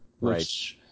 Right